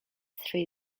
three